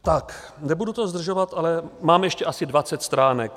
Tak, nebudu to zdržovat, ale mám ještě asi dvacet stránek.